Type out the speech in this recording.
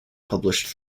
published